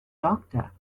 doctor